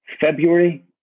February